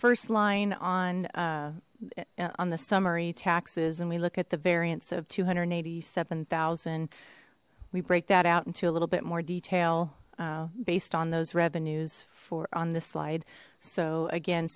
first line on on the summary taxes and we look at the variance of two hundred and eighty seven zero we break that out into a little bit more detail based on those revenues for on this slide so again